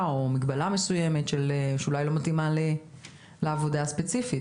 או מגבלה מסוימת שאולי לא מתאימה לעבודה הספציפית.